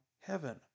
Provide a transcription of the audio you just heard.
heaven